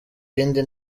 yindi